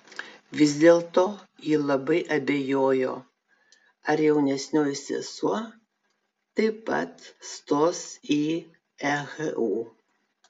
vis dėlto ji labai abejojo ar jaunesnioji sesuo taip pat stos į ehu